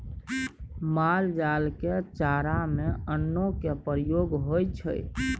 माल जाल के चारा में अन्नो के प्रयोग होइ छइ